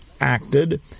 acted